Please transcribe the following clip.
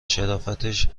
شرافتش